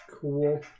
Cool